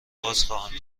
بازخواهم